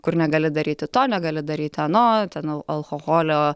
kur negali daryti to negali daryti ano ten al alkoholio